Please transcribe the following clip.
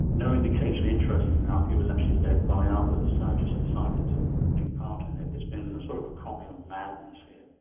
no indication interesting enough, he was actually led by ah others, and just decided to be like part in it, it's been a sort of a communal madness here.